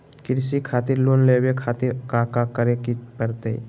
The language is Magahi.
कृषि खातिर लोन लेवे खातिर काका करे की परतई?